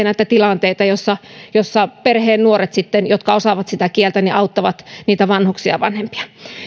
näitä tilanteita joissa perheen nuoret jotka osaavat sitä kieltä auttavat niitä vanhuksia ja vanhempiaan